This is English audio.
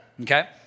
okay